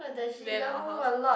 then our house lor